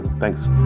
thanks.